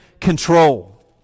control